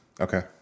Okay